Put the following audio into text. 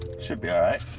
should be alright